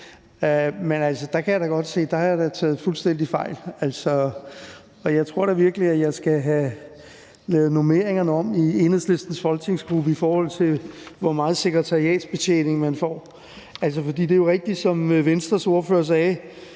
men jeg kan da godt se, at jeg har taget fuldstændig fejl. Jeg tror da virkelig, at jeg skal have lavet normeringerne om i Enhedslistens folketingsgruppe, i forhold til hvor meget sekretariatsbetjening man får. For der er, som Venstres ordfører rigtigt